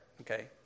okay